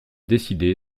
décidé